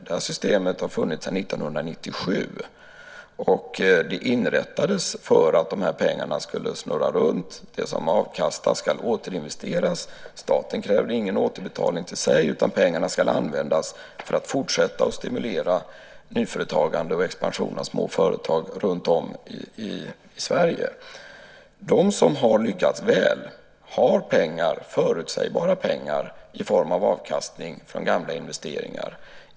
Det här systemet har funnits sedan 1997, och det inrättades för att dessa pengar skulle snurra runt - det som avkastas ska återinvesteras. Staten krävde ingen återbetalning till sig, utan pengarna ska användas för att fortsätta att stimulera nyföretagande och expansion av småföretag runtom i Sverige. De som har lyckats väl har pengar, förutsägbara pengar, i form av avkastning från gamla investeringar.